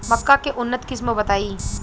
मक्का के उन्नत किस्म बताई?